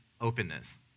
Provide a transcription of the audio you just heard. openness